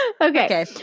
Okay